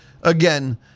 again